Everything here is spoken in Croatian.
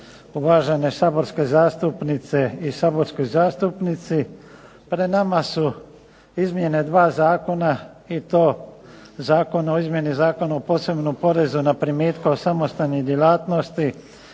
Uvažene saborske zastupnice i saborski zastupnici. Pred nama su izmjeni dva zakona i to zakon o izmjeni Zakona o posebnom porezu na primitke od samostalne djelatnosti